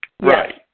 Right